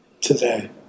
today